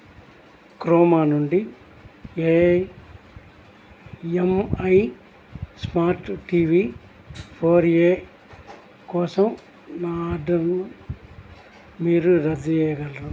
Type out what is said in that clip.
Croma నుండి a Mi smart TV four A కోసం నా ఆర్డర్ను మీరు రద్దు చేయగలరా